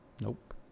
Nope